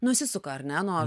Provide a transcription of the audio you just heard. nusisuka ar ne nuo